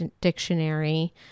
Dictionary